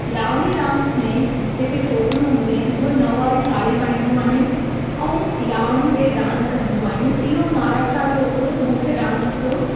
Lavani dance में जेके छोकिरियूं हूंदी आहिनि उहे नवारी साड़ी पाईंहियूं आहिनि ऐं लावणी ते डांस कंदियूं आहिनि इहो महाराष्ट्र जो हिकु मुख्य डांस जो